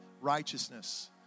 righteousness